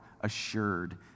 assured